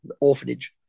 orphanage